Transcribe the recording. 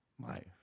life